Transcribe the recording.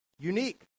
unique